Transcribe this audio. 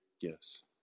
gifts